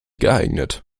geeignet